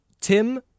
Tim